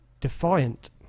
Defiant